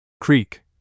Creek